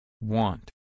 Want